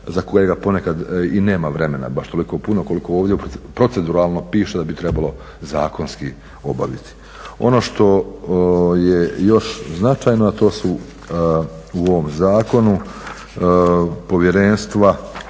za kojega ponekad i nema vremena baš toliko puno koliko ovdje proceduralno piše da bi trebalo zakonski obaviti. Ono što je još značajno, a to su u ovom zakonu Povjerenstvo